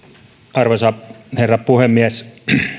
arvoisa herra puhemies